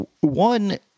one